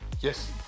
yes